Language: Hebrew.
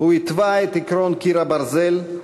הוא התווה את עקרון קיר הברזל,